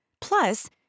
Plus